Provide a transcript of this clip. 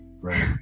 Right